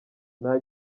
nta